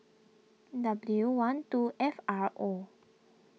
W one two F R O